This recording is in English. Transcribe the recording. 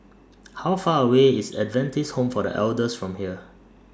How Far away IS Adventist Home For The Elders from here